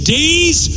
days